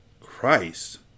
Christ